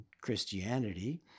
Christianity